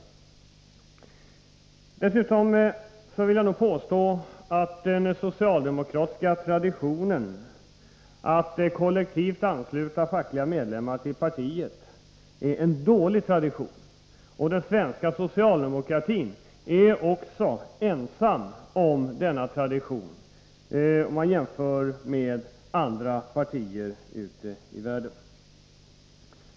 Dessutom vill jag påstå att den socialdemokratiska traditionen att kollektivt ansluta fackliga medlemmar till partiet är en dålig tradition. Den svenska socialdemokratin är också rätt ensam om denna tradition, om man jämför med andra partier ute i världen.